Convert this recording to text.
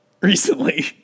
recently